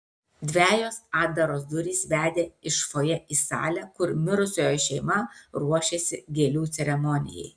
dvejos atdaros durys vedė iš fojė į salę kur mirusiojo šeima ruošėsi gėlių ceremonijai